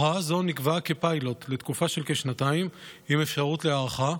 הוראה זו נקבעה כפיילוט לתקופה של כשנתיים עם אפשרות להארכה,